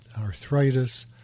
arthritis